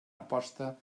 aposta